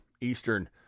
Eastern